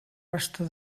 bastó